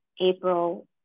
April